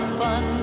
fun